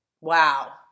wow